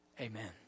Amen